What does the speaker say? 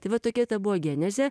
tai va tokia ta buvo genezė